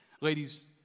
Ladies